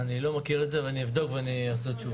אני לא מכיר את זה, אבדוק ואחזיר תשובה.